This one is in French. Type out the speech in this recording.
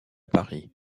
paris